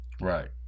Right